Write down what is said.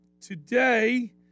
today